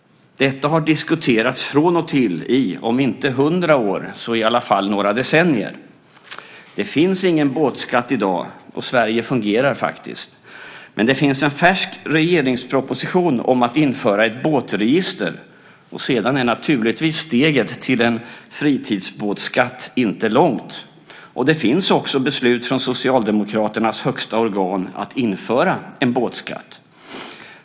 Detta har diskuterats från och till i om inte hundra år så i alla fall några decennier. Det finns ingen båtskatt i dag, och Sverige fungerar faktiskt. Men det finns en färsk regeringsproposition om att införa ett båtregister. Sedan är naturligtvis steget till en skatt på fritidsbåtar inte långt. Det finns också beslut från Socialdemokraternas högsta organ att införa en båtskatt.